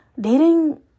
dating